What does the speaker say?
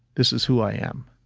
this is who i am.